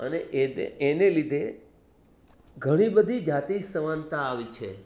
અને એ તે એના લીધે ઘણી બધી જાતિ સમાનતા આવી છે